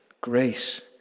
Grace